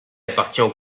appartient